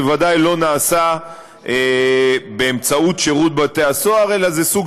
זה בוודאי לא נעשה באמצעות שירות בתי-הסוהר אלא זה סוג